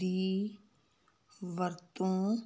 ਦੀ ਵਰਤੋਂ